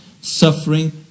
suffering